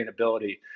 sustainability